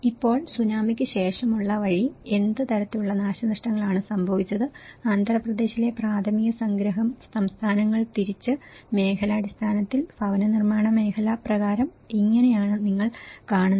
ഇപ്പോൾ സുനാമിക്ക് ശേഷമുള്ള വഴി എന്ത് തരത്തിലുള്ള നാശനഷ്ടങ്ങളാണ് സംഭവിച്ചത് ആന്ധ്രാപ്രദേശിലെ പ്രാഥമിക സംഗ്രഹം സംസ്ഥാനങ്ങൾ തിരിച്ച് മേഖലാടിസ്ഥാനത്തിൽ ഭവനനിർമ്മാണ മേഖല പ്രകാരം ഇങ്ങനെയാണ് നിങ്ങൾ കാണുന്നത്